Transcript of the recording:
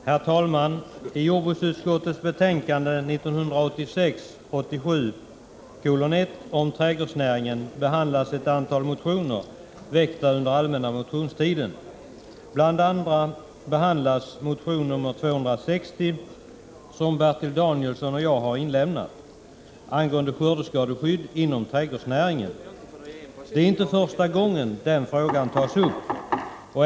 Herr talman! I jordbruksutskottets betänkande 1986/87:1 om trädgårdsnäringen behandlas ett antal motioner väckta under allmänna motionstiden. Bl. a. behandlas motion nr 260 som Bertil Danielsson och jag väckt angående skördeskadeskydd inom trädgårdsnäringen. Det är inte första gången denna fråga tas upp.